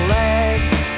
legs